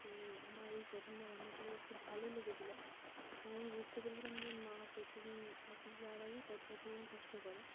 তো আমার এই প্রথমবার রান্না করে খুব ভালো লেগেছিল এবং আমি বুঝতে পেরেছিলাম যে মা প্রতিদিন অফিস যাওয়ার আগে কতটা পরিমাণ কষ্ট করে